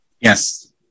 Yes